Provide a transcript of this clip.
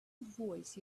voice